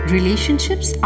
Relationships